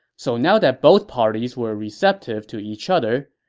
so now that both parties were receptive to each other,